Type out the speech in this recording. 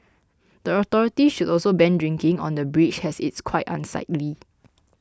the authorities should also ban drinking on the bridge as it's quite unsightly